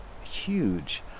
huge